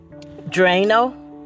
Drano